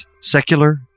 Secular